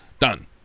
Done